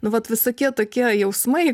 nu vat visokie tokie jausmai